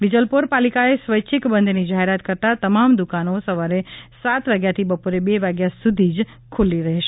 વિજલપોર પાલિકાએ સ્વૈચ્છિક બંધની જાહેરાત કરતાં તમામ દુકાનો સવારે સાત વાગ્યાથી બપોરે બે વાગ્યા સુધી જ ખુલ્લી રહેશે